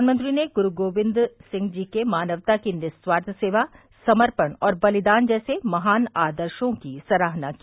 प्रधानमंत्री ने गुरु गोविंद सिंह जी के मानवता की निस्वार्थ सेवा समर्पण और बलिदान जैसे महान आदर्शो की सराहना की